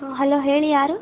ಹಾಂ ಹಲೋ ಹೇಳಿ ಯಾರು